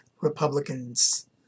Republicans